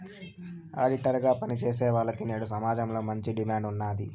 auditor గా పని చేసేవాల్లకి నేడు సమాజంలో మంచి డిమాండ్ ఉన్నాది